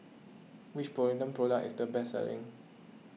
which Polident Product is the best selling